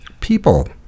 people